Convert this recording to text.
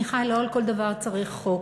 מיכל, לא על כל דבר צריך חוק.